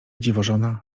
dziwożona